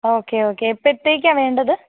okay okay എപ്പോഴത്തേക്കാണ് വേണ്ടത്